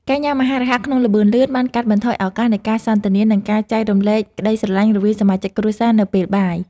ការញ៉ាំអាហាររហ័សក្នុងល្បឿនលឿនបានកាត់បន្ថយឱកាសនៃការសន្ទនា និងការចែករំលែកក្តីស្រលាញ់រវាងសមាជិកគ្រួសារនៅពេលបាយ។